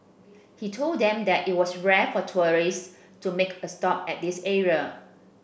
he told them that it was rare for tourists to make a stop at this area